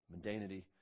Mundanity